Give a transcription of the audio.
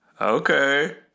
Okay